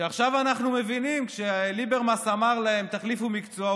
שעכשיו אנחנו מבינים שכשליברמס אמר להם: תחליפו מקצוע,